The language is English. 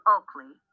Oakley